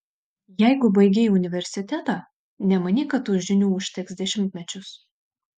jeigu baigei universitetą nemanyk kad tų žinių užteks dešimtmečius